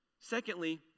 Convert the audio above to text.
Secondly